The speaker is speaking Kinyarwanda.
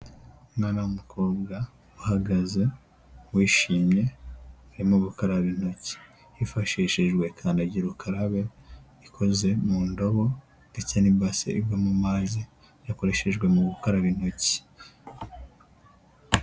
Umwana w'umukobwa, uhagaze wishimye arimo gukaraba intoki. Hifashishijwe kandagira ukarabe ikoze mu ndobo ndetse n'ibase igwamo amazi yakoreshejwe mu gukaraba intoki.